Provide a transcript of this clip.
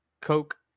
Coke